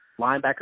linebacker